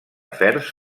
afers